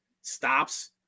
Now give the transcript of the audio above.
stops